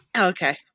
okay